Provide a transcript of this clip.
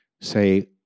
say